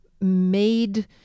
made